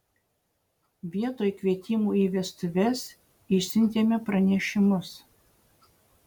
vietoj kvietimų į vestuves išsiuntėme pranešimus